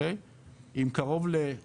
עם קרוב ל-